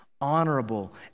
honorable